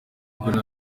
ntabwo